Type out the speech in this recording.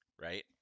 right